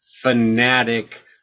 fanatic